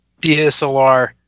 DSLR